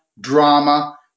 drama